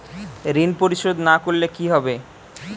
ঋণ পরিশোধ না করলে কি হবে?